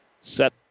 Set